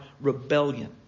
rebellion